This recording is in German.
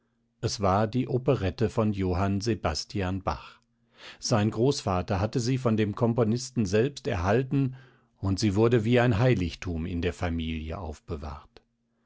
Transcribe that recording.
es war die operette von johann sebastian bach sein großvater hatte sie von dem komponisten selbst erhalten und sie wurde wie ein heiligtum in der familie aufbewahrt